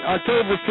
October